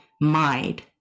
mind